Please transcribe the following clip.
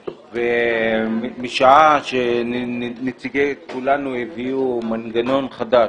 משעה שנציגי כולנו הביאו מנגנון חדש,